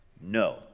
No